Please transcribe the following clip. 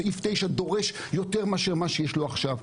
סעיף 9 דורש יותר מאשר מה שיש לו עכשיו.